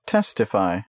Testify